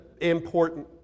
important